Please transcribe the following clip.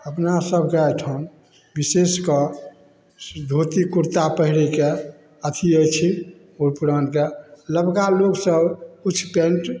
अपनासभके एहिठाम विशेष कऽ धोती कुरता पहिरैके अथी अछि बूढ़ पुरानके नवका लोक सभकिछु पैन्ट